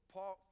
Paul